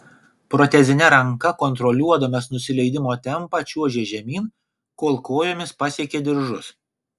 protezine ranka kontroliuodamas nusileidimo tempą čiuožė žemyn kol kojomis pasiekė diržus